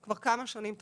כבר כמה שנים טובות.